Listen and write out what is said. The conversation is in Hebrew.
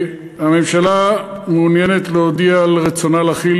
הממשלה מעוניינת להודיע על רצונה להחיל